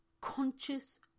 conscious